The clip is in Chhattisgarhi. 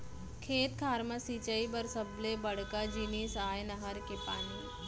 खेत खार म सिंचई बर सबले बड़का जिनिस आय नहर के पानी